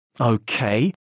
Okay